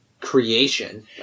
creation